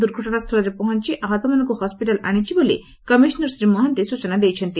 ଦୁର୍ଘଟଣାସ୍ସଳରେ ପହଞ୍ ଆହତମାନଙ୍କୁ ହସିଟାଲ ଆଣିଛି ବୋଲି କମିଶନର ଶ୍ରୀ ମହାନ୍ତି ସୂଚନା ଦେଇଛନ୍ତି